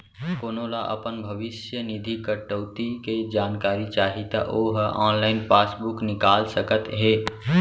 कोनो ल अपन भविस्य निधि कटउती के जानकारी चाही त ओ ह ऑनलाइन पासबूक निकाल सकत हे